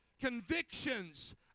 Convictions